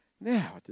Now